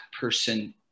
person